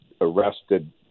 arrested